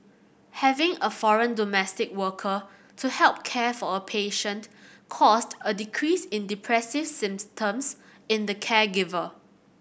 having a foreign domestic worker to help care for a patient caused a decrease in depressive symptoms in the caregiver